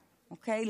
אוקיי?